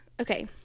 Okay